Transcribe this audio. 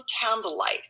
candlelight